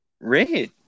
red